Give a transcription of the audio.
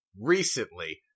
recently